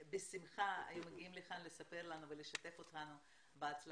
שבשמחה היו מגיעים לכאן לספר לנו ולשתף אותנו בהצלחתם.